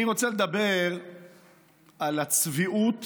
אני רוצה לדבר על הצביעות